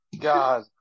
God